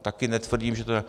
Taky netvrdím, že to tak je.